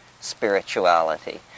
spirituality